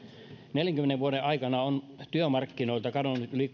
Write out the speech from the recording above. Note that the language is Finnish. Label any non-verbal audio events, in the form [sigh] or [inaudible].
neljänkymmenen vuoden aikana on työmarkkinoilta kadonnut yli [unintelligible]